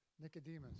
Nicodemus